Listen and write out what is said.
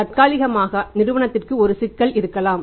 தற்காலிகமாக நிறுவனத்திற்கு ஒரு சிக்கல் இருக்கலாம்